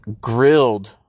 grilled